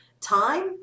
time